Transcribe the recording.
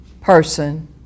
person